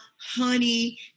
honey